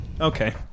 Okay